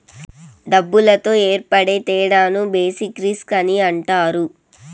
డబ్బులతో ఏర్పడే తేడాను బేసిక్ రిస్క్ అని అంటారు